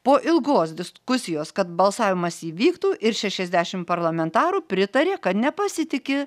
po ilgos diskusijos kad balsavimas įvyktų ir šešiasdešimt parlamentarų pritarė kad nepasitiki